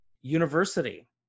University